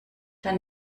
dann